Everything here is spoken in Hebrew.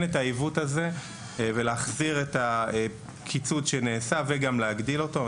את העיוות הזה ולהחזיר את הקיצוץ שנעשה וגם להגדיל אותו.